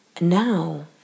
Now